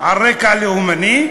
על רקע לאומני,